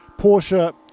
Porsche